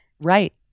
Right